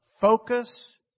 focus